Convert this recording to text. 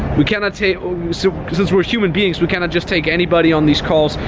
we cannot take, so since we're human beings, we cannot just take anybody on these calls,